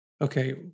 Okay